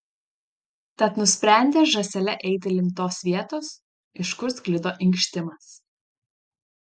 tad nusprendė žąsele eiti link tos vietos iš kur sklido inkštimas